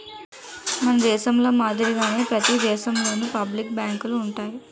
మన దేశంలో మాదిరిగానే ప్రతి దేశంలోనూ పబ్లిక్ బ్యాంకులు ఉంటాయి